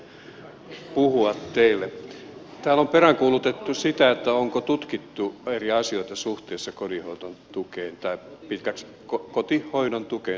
täällä on peräänkuulutettu sitä onko tutkittu eri asioita suhteessa kotihoidon tukeen suhteessa sen pituuteen